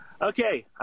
Okay